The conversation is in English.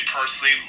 personally